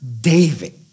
David